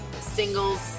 singles